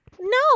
No